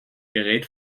gerät